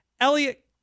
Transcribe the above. Elliot